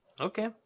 Okay